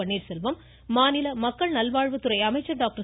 பன்னீர்செல்வம் மாநில மக்கள் நல்வாழ்வுத்துறை அமைச்சர் டாக்டர்